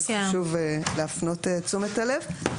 חשוב להפנות את תשומת הלב.